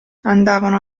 andavano